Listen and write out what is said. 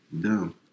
Dumb